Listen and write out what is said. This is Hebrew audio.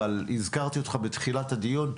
אבל הזכרתי אותך בתחילת הדיון,